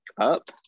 Up